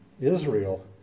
Israel